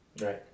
Right